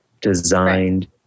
designed